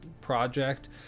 project